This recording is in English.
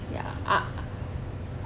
ya I